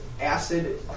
Acid